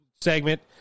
segment